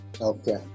Okay